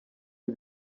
ibi